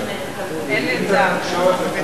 אינטרנט ותקשורת,